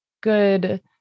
good